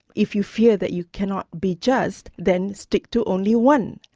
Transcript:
if you fear that you cannot be just, then stick to only one.